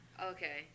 Okay